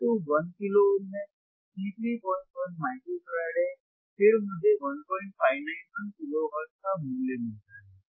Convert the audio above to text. R2 1 kilo ohm है C3 01 microfarad है फिर मुझे 1591 किलो हर्ट्ज का मूल्य मिलता है